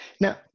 Now